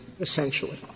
essentially